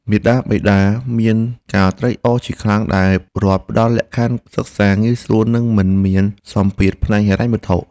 មាតាបិតាមានការត្រេកអរជាខ្លាំងដែលរដ្ឋផ្តល់លក្ខខណ្ឌសិក្សាងាយស្រួលនិងមិនមានសម្ពាធផ្នែកហិរញ្ញវត្ថុ។